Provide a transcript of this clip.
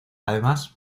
además